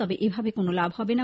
তবে এভাবে কোন লাভ হবে না